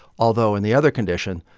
although, in the other condition,